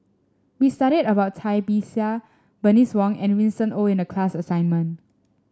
we studied about Cai Bixia Bernice Wong and Winston Oh in the class assignment